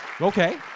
Okay